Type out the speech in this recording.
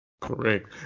Correct